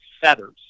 feathers